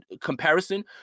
comparison